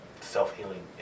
self-healing